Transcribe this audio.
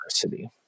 diversity